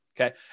okay